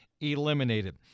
eliminated